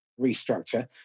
restructure